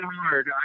hard